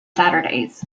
saturdays